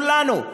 את כולנו,